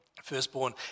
Firstborn